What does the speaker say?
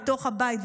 בתוך הבית,